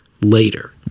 later